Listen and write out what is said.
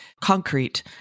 concrete